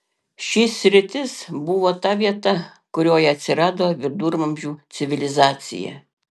ši sritis buvo ta vieta kurioje atsirado viduramžių civilizacija